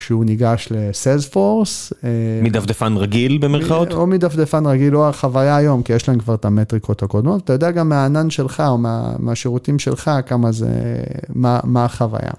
כשהוא ניגש ל־Salesforce. מדפדפן רגיל במירכאות? או מדפדפן רגיל, או החוויה היום, כי יש לנו כבר את המטריקות הקודמות. אתה יודע גם מהענן שלך, או מהשירותים שלך, כמה זה, מה החוויה.